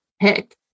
pick